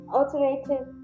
alternative